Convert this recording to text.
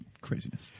craziness